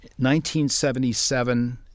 1977